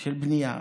של בנייה.